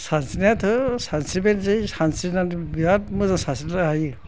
सानस्रिनायाथ' सानस्रिबायानो थायो सानस्रिनानै थायो बिराद मोजां सानस्रिनो हायो